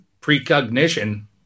precognition